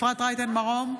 אפרת רייטן מרום,